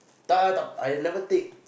I have never take